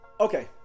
Okay